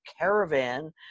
caravan